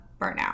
burnout